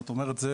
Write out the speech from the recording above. זאת אומרת זה